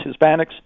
Hispanics